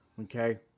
okay